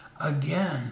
Again